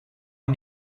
een